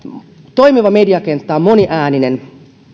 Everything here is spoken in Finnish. toimiva mediakenttä on moniääninen